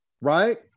Right